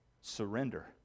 surrender